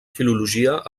filologia